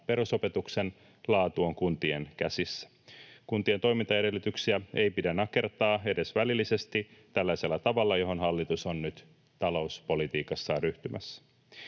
perusopetuksen, laatu on kuntien käsissä. Kuntien toimintaedellytyksiä ei pidä nakertaa edes välillisesti tällaisella tavalla, johon hallitus on nyt talouspolitiikassaan ryhtymässä.